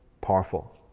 powerful